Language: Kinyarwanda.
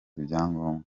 ibyangombwa